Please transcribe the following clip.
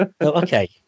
Okay